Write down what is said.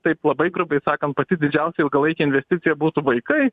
taip labai grubiai sakant pati didžiausia ilgalaikė investicija būtų vaikai